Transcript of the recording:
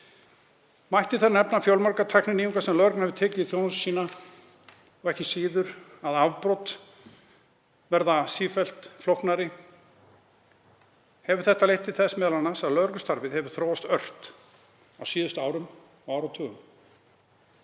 Mætti þar nefna fjölmargar tækninýjungar sem lögreglan hefur tekið í þjónustu sína og ekki síður að afbrot verða sífellt flóknari. Hefur þetta leitt til þess að lögreglustarfið hefur þróast ört á síðustu árum og áratugum.